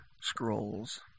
Scrolls